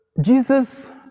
Jesus